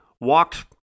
walked